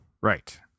Right